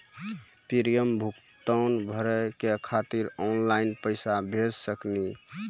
Premium भुगतान भरे के खातिर ऑनलाइन पैसा भेज सकनी?